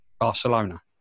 Barcelona